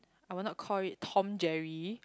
I will not call it Tom Jerry